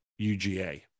UGA